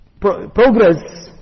progress